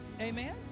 Amen